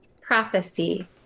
Prophecy